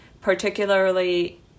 particularly